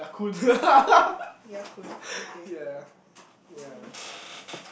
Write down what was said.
Ya-Kun okay